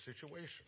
situation